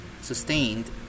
sustained